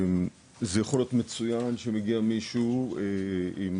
זה יכול להיות מצוין שמגיע מישהו עם